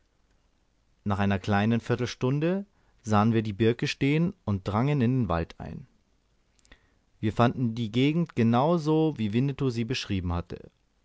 nach einer kleinen viertelstunde sahen wir die birke stehen und drangen in den wald ein wir fanden die gegend genau so wie winnetou sie beschrieben hatte